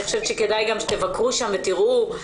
אני חושבת שכדאי שתבקרו שם ותראו,